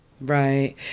Right